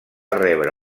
rebre